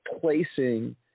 placing